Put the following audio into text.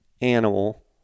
animal